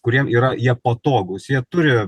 kuriem yra jie patogūs jie turi